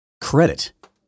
credit